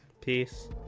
Peace